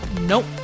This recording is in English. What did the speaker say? nope